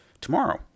tomorrow